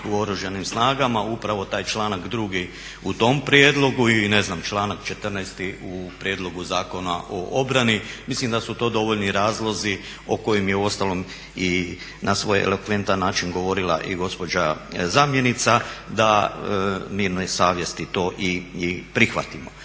u Oružanim snagama upravo taj članak drugi u tom prijedlogu i ne znam članak 14. u Prijedlogu zakona o obrani. Mislim da su to dovoljni razlozi o kojim je uostalom i na svoj elokventan način govorila i gospođa zamjenica da mirne savjesti to i prihvatimo.